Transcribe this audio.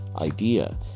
idea